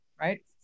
right